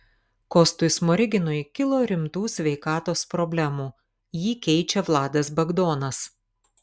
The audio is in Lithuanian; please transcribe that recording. kostui smoriginui kilo rimtų sveikatos problemų jį keičia vladas bagdonas